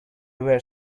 were